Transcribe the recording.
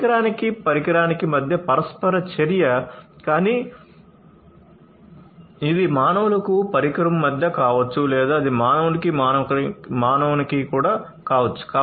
పరికరానికి పరికరానికి మధ్య పరస్పర చర్య కానీ ఇది మానవులకు పరికరం మధ్య కావచ్చు లేదా అది మానవునికి మానవునికి కూడా కావచ్చు